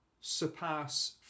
surpass